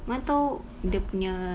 mana [tau] dia punya